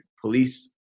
police